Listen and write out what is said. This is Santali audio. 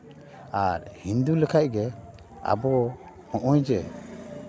ᱟᱨ ᱦᱤᱱᱫᱩ ᱞᱮᱠᱷᱟᱱ ᱜᱮ ᱟᱵᱚ ᱦᱚᱸᱜᱼᱚᱭ ᱡᱮ